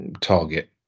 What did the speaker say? target